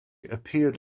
appeared